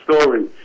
story